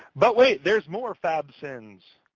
but wait, there's more fab sin's.